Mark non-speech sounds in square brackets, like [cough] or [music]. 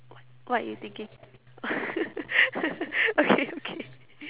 what you thinking [laughs] okay okay